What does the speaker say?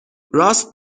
راست